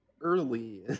early